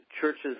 churches